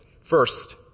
First